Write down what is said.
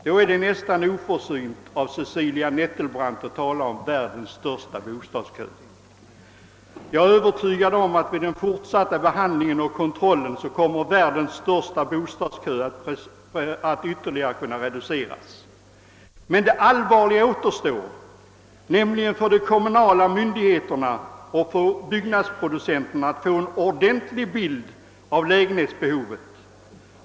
Då är det nästan oförsynt av Cecilia Nettelbrandt att i det läget tala om världens största bostadskö. Jag är övertygad om att vid den fortsatta kontrollen kommer »världens största bostadskö» att ytterligare reduceras. Det stora problemet återstår emellertid för de kommunala myndigheterna och för byggnadsproducenterna, nämligen att få en ordentlig bild av lägenhetsbehovet.